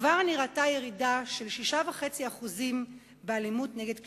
כבר נראתה ירידה של 6.5% באלימות נגד קשישים.